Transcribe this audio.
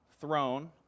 throne